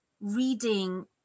reading